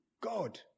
God